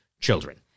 children